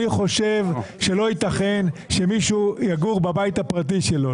חושב שלא ייתכן שמישהו יגור בבית שלו,